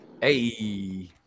Hey